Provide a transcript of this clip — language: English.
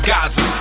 Gaza